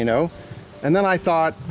you know and then i thought,